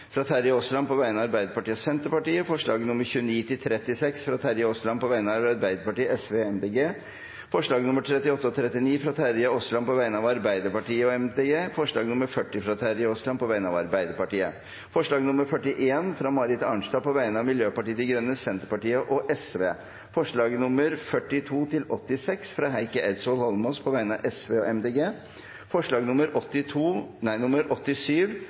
fra Terje Aasland på vegne av Arbeiderpartiet og Senterpartiet forslagene nr. 29–36, fra Terje Aasland på vegne av Arbeiderpartiet, Sosialistisk Venstreparti og Miljøpartiet De Grønne forslagene nr. 38 og 39, fra Terje Aasland på vegne av Arbeiderpartiet og Miljøpartiet De Grønne forslag nr. 40, fra Terje Aasland på vegne av Arbeiderpartiet forslag nr. 41, fra Marit Arnstad på vegne av Senterpartiet, Sosialistisk Venstreparti og Miljøpartiet De Grønne forslagene nr. 42–86, fra Heikki Eidsvoll Holmås på vegne av Sosialistisk Venstreparti og